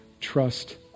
trust